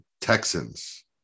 Texans